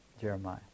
Jeremiah